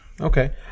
Okay